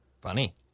Funny